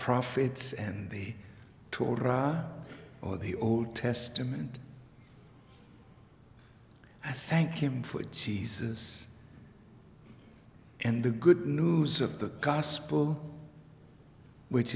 profits and the torah or the old testament i thank him for jesus and the good news of the gospel which